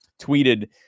tweeted